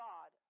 God